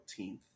14th